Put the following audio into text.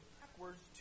backwards